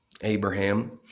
Abraham